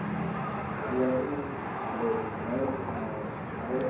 আর যদি আসি আমাদের জেনারেল জেনারেল